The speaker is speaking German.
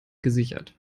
gesichert